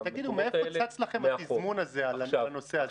תגידו, מאיפה צץ לכם התזמון הזה על הנושא הזה?